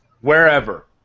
wherever